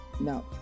No